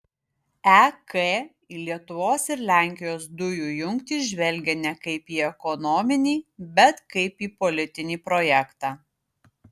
ek į lietuvos ir lenkijos dujų jungtį žvelgia ne kaip į ekonominį bet kaip į politinį projektą